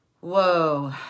Whoa